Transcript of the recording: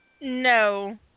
no